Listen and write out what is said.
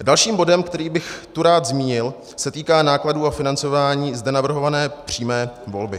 Další bod, který bych tu rád zmínil, se týká nákladů a financování zde navrhované přímé volby.